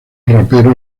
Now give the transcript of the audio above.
rapero